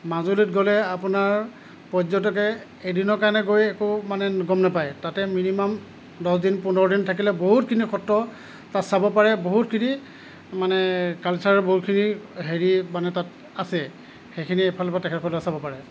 মাজুলীত গ'লে আপোনাৰ পৰ্যটকে এদিনৰ কাৰণে গৈ একো মানে গ'ম নাপায় তাতে মিনিমাম দহ দিন পোন্ধৰ দিন থাকিলে বহুতখিনি সত্ৰ তাত চাব পাৰে বহুতখিনি মানে কালচাৰ বহুতখিনি হেৰি মানে তাত আছে সেইখিনি এফালৰপৰা তেখেতসকলে চাব পাৰে